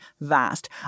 vast